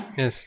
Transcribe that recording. yes